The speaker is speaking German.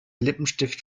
lippenstift